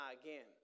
again